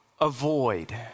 avoid